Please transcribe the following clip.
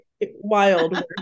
Wild